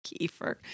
Kiefer